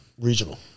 Regional